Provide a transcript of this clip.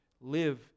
Live